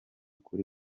kuri